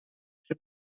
przy